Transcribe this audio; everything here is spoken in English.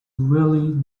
really